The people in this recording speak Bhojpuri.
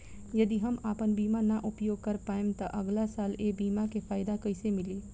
यदि हम आपन बीमा ना उपयोग कर पाएम त अगलासाल ए बीमा के फाइदा कइसे मिली?